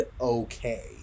okay